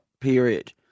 period